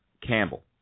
Campbell